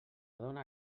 dona